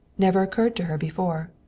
never occurred to her before.